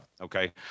okay